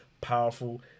powerful